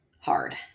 hard